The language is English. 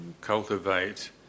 Cultivate